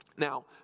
Now